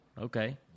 okay